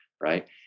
Right